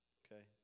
okay